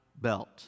belt